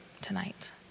tonight